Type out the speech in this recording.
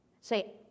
say